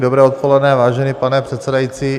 Dobré odpoledne, vážený pane předsedající.